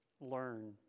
learn